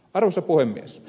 arvoisa puhemies